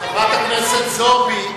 חברת הכנסת זועבי.